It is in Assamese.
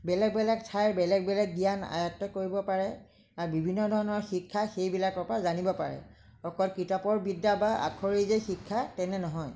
বেলেগ বেলেগ ঠাইৰ বেলেগ বেলেগ জ্ঞান আয়ত্ত কৰিব পাৰে আৰু বিভিন্ন ধৰণৰ শিক্ষা সেইবিলাকৰ পৰা জানিব পাৰে অকল কিতাপৰ বিদ্যা বা আখৰেই যে শিক্ষা তেনে নহয়